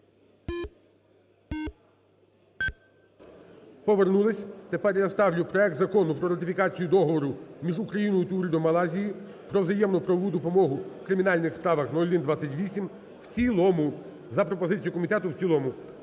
Повернулись. Тепер я ставлю проект Закону про ратифікацію Договору між Україною та Урядом Малайзії про взаємну правову допомогу в кримінальних справах (0128) в цілому. За пропозицією комітету – в цілому.